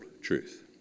truth